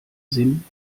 sinn